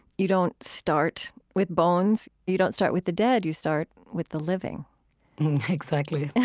you don't start with bones. you don't start with the dead. you start with the living exactly. yeah.